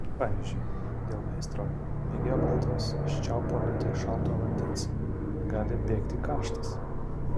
pavyzdžiui dėl meistro mėgėjo klaidos iš čiaupo vietoj šalto vandens gali bėgti karštas